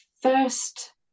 first